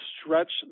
stretch